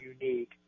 unique